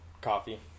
coffee